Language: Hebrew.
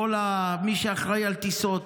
כל מי שאחראי על טיסות,